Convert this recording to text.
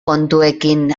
kontuekin